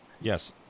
Yes